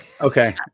Okay